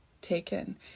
taken